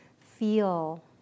feel